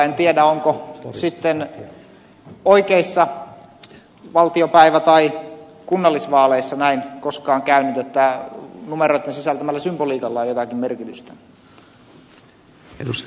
en tiedä onko sitten oikeissa valtiopäivä tai kunnallisvaaleissa näin koskaan käynyt että numeroitten sisältämällä symboliikalla on jotakin merkitystä